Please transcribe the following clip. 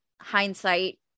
hindsight